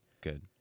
good